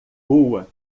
rua